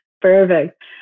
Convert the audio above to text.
Perfect